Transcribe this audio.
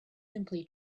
simply